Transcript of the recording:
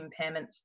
impairments